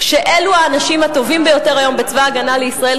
כשאלו האנשים הטובים ביותר בצבא-הגנה לישראל,